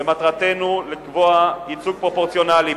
מטרתנו לקבוע ייצוג פרופורציונלי,